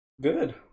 Good